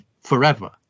forever